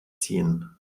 ziehen